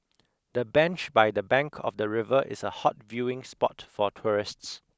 the bench by the bank of the river is a hot viewing spot for tourists